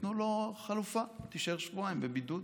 נתנו לו חלופה: תישאר שבועיים בבידוד.